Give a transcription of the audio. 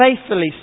faithfully